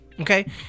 Okay